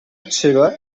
chile